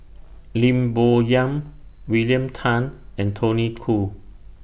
Lim Bo Yam William Tan and Tony Khoo